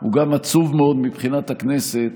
הוא גם עצוב מאוד מבחינת הכנסת,